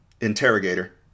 Interrogator